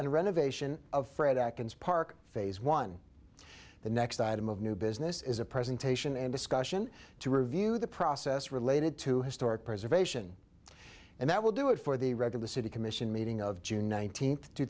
and renovation of fred akron's park phase one the next item of new business is a presentation and discussion to review the process related to historic preservation and that will do it for the record the city commission meeting of june nineteenth two